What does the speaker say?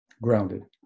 grounded